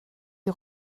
die